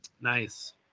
Nice